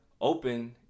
open